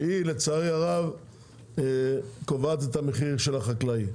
שהיא לצערי הרב קובעת את המחירים של החקלאים.